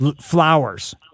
flowers